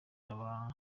abahanzi